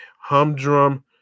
humdrum